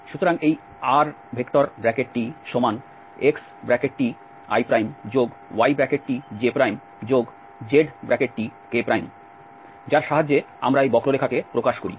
সুতরাং এই rtxtiytjztk যার সাহায্যে আমরা এই বক্ররেখাকে প্রকাশ করি